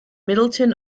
middletown